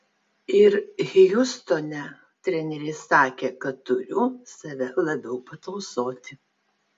ir hjustone treneriai sakė kad turiu save labiau patausoti